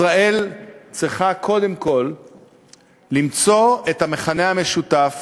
ישראל צריכה קודם כול למצוא את המכנה המשותף